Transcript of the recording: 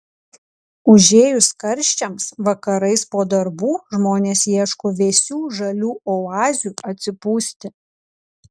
užėjus karščiams vakarais po darbų žmonės ieško vėsių žalių oazių atsipūsti